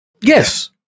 Yes